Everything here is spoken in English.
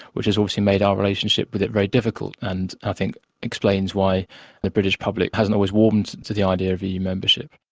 which has obviously made our relationship with it very difficult and i think explains why the british public hasn't always warmed to the idea of eu membership.